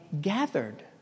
gathered